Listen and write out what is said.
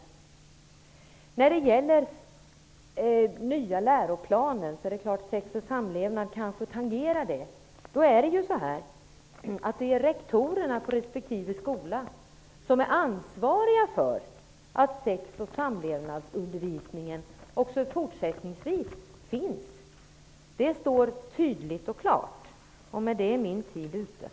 Beträffande den nya läroplanen -- den frågan tangerar ju frågan om sex och samlevnad -- är det rektorerna på respektive skola som är ansvariga för att sex och samlevnadsundervisning också fortsättningsvis finns. Det står tydligt och klart. Med det är min taletid slut.